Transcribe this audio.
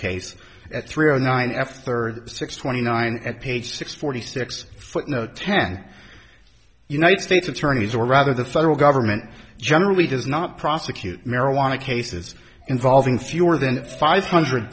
case at three zero nine f third six twenty nine at page six forty six footnote ten united states attorneys or rather the federal government generally does not prosecute marijuana cases involving fewer than five hundred